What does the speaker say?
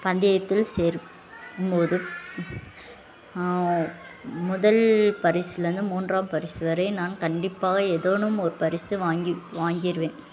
பந்தயத்தில் சேரும் போது முதல் பரிசுலேயிருந்து மூன்றாம் பரிசு வரை நான் கண்டிப்பாக ஏதேனும் ஒரு பரிசை வாங்கி வாங்கிடுவேன்